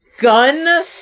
gun